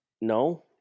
No